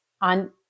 on